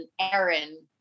Aaron